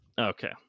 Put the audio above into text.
Okay